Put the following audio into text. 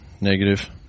Negative